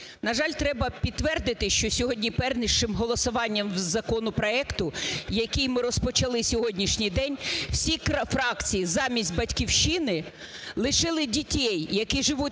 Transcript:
На жаль, треба підтвердити, що сьогодні першим голосуванням законопроекту, який ми розпочали сьогоднішній день, всі фракції, замість "Батьківщини", лишили дітей, які живуть